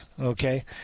okay